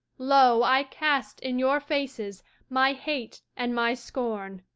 lo, i cast in your faces my hate and my scorn!